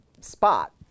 spot